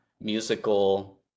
musical